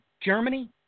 Germany